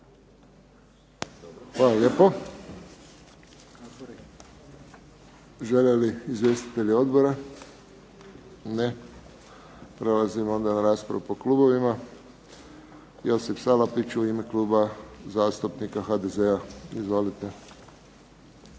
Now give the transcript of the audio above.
Hvala lijepo. Žele li izvjestitelji odbora? Ne. Prelazimo na raspravu po klubovima. Josip Salapić u ime Klub zastupnika HDZ-a. Izvolite.